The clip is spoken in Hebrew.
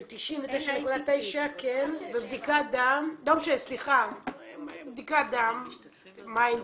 של 99.9. לא רק של טבע.